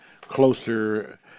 closer